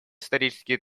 исторический